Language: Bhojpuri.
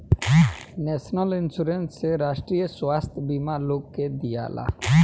नेशनल इंश्योरेंस से राष्ट्रीय स्वास्थ्य बीमा लोग के दियाला